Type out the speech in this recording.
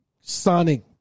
sonic